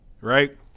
right